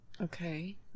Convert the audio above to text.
Okay